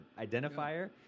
identifier